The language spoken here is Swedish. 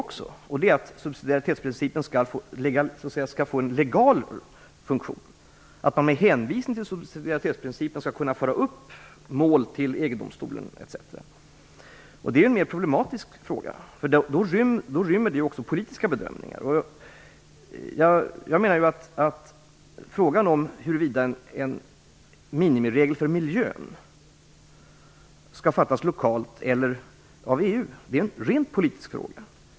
Det går ut på att subsidiaritetsprincipen skall ha en legal funktion, dvs. att man med hänvisning till subsidiaritetsprincipen skall kunna föra upp mål till EG-domstolen. Det är en mer problematisk fråga som då också rymmer politiska bedömningar. Frågan om huruvida en minimiregel för miljön skall beslutas lokalt eller av EU är en ren politisk fråga.